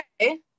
Okay